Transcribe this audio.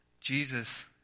Jesus